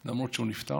למרות שהוא נפטר.